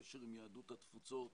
הקשר עם יהדות התפוצות,